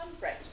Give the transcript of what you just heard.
Right